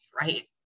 right